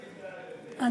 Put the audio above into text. הבמה.